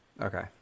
okay